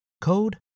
code